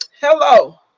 Hello